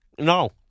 No